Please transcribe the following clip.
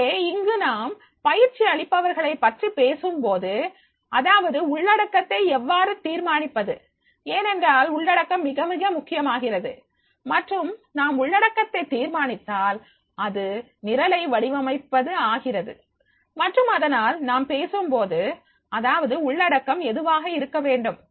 எனவே இங்கு நாம் பயிற்சி அளிப்பவர்களைப்பற்றி பேசும் போது அதாவது உள்ளடக்கத்தை எவ்வாறு தீர்மானிப்பது ஏனென்றால் உள்ளடக்கம் மிக மிக முக்கியமாகிறது மற்றும் நாம் உள்ளடக்கத்தை தீர்மானித்தால் அது நிரலை வடிவமைப்பது ஆகிறது மற்றும் அதனால் நாம் பேசும்போது அதாவது உள்ளடக்கம் எதுவாக இருக்க வேண்டும்